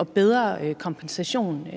og bedre kompensation